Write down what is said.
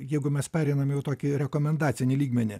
jeigu mes pereinam jau tokį rekomendacinį lygmenį